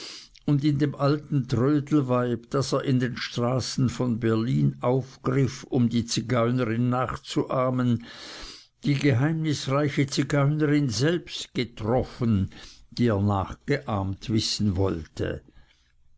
und in dem alten trödelweib das er in den straßen von berlin aufgriff um die zigeunerin nachzuahmen die geheimnisreiche zigeunerin selbst getroffen die er nachgeahmt wissen wollte